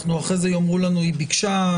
אחרי זה יאמרו לנו היא ביקשה,